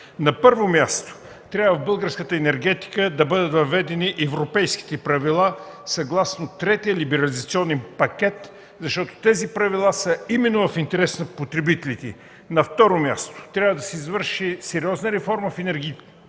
На първо място, в българската енергетика трябва да бъдат въведени европейските правила съгласно Третия либерализационен пакет, защото те са именно в интерес на потребителите. На второ място, трябва да се извърши сериозна реформа в енергийния